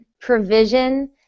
provision